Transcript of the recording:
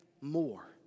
more